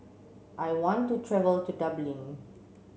I want to travel to Dublin